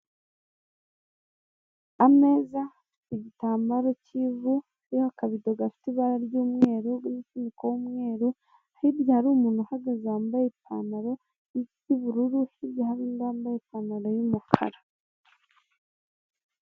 Ameza igitambaro k'ivu kiriho akabido gafite ibara ry'umweru n'umufuniko w'umweru, hirya hari umuntu uhagaze wambaye ipanantaro yubururu hirya hari undi wambaye ipanantaro y'umukara